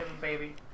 baby